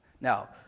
Now